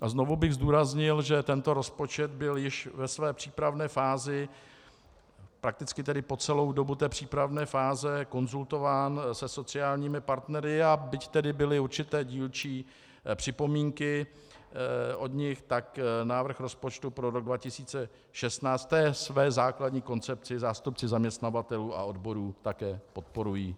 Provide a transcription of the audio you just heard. A znovu bych zdůraznil, že tento rozpočet byl již ve své přípravné fázi, prakticky po celou dobu té přípravné fáze, konzultován se sociálními partnery, a byť tedy byly určité dílčí připomínky od nich, tak návrh rozpočtu pro rok 2016 v té své základní koncepci zástupci zaměstnavatelů a odborů také podporují.